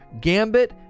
gambit